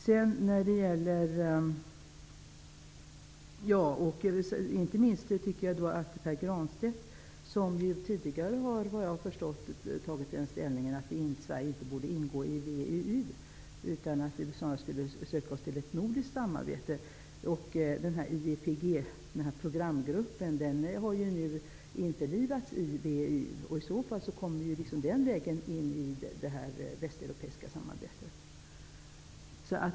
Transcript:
Pär Granstedt har tidigare haft inställningen att Sverige inte borde ingå i VUU utan vi snarast borde söka oss till ett nordiskt samarbete. Om vi går med i IEPG kommer vi med i detta västeuropeiska samarbete den vägen.